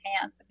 hands